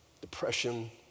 depression